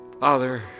Father